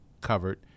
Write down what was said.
covered